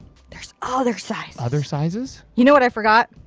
there is other sizes. other sizes? you know what i forgot?